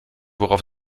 worauf